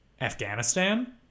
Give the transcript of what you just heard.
Afghanistan